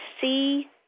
see